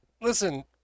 Listen